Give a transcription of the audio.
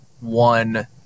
one